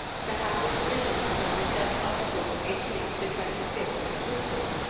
to have the provisions of the said articles eighteenth to twenty-fifth, inclusive,